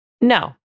No